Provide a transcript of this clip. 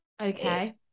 okay